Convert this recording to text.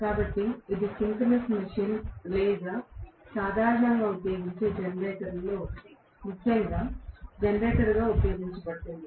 కాబట్టి ఇది synchronous machine లేదా సాధారణంగా ఉపయోగించే జనరేటర్లలో ఒకటి ముఖ్యంగా జనరేటర్గా ఉపయోగించబడుతుంది